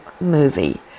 movie